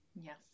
Yes